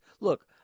Look